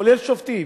כולל שופטים,